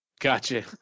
gotcha